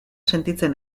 sentitzen